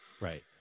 Right